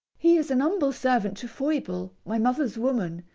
he is an humble servant to foible, my mother's woman,